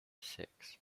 six